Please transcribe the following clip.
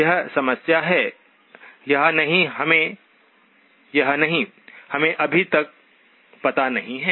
यह समस्या है या नहीं हमें अभी तक पता नहीं है